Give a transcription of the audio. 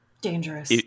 dangerous